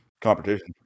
competition